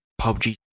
PUBG